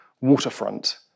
waterfront